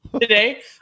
today